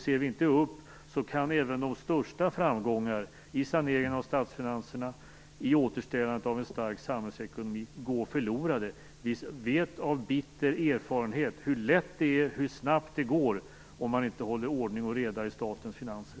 Ser vi inte upp kan även de största framgångarna i saneringen av statsfinanserna, i återställandet av en stark samhällsekonomi, gå förlorade. Vi vet av bitter erfarenhet hur lätt det är och hur snabbt det går om man inte håller ordning och reda i statens finanser.